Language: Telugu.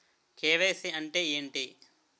కే.వై.సీ అంటే ఏంటి?